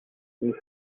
nous